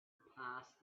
past